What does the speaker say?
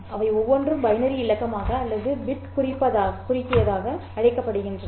அவை ஒவ்வொன்றும் பைனரி இலக்கமாக அல்லது பிட் குறுகியதாக அழைக்கப்படுகின்றன